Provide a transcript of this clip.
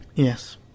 Yes